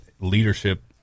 leadership